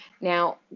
Now